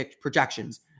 projections